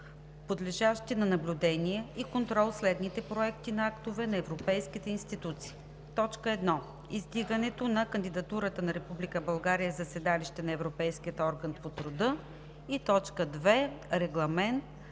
подлежащи на наблюдение и контрол следните проекти на актове на европейските институции: първо, издигането на кандидатурата на Република България за седалище на Европейския орган по труда; и второ, Регламент